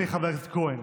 אדוני חבר הכנסת כהן,